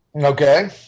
okay